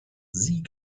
sie